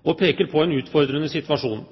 og peker på en utfordrende situasjon.